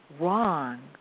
wrong